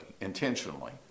intentionally